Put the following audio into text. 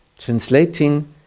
Translating